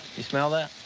you smell that?